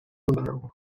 conreu